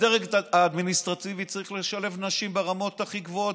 בדרג האדמיניסטרטיבי צריך לשלב נשים ברמות הכי גבוהות,